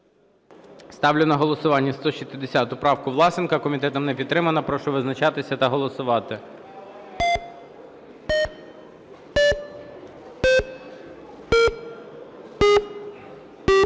Ставлю на голосування 160 правку Власенка. Комітетом не підтримана. Прошу визначатися та голосувати.